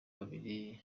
babiri